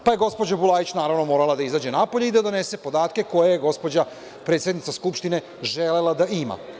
Onda je gospođa Bulajić, naravno, morala da izađe napolje i da donese podatke koje je gospođa predsednica Skupštine želela da ima.